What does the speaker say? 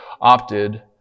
opted